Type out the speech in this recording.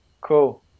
Cool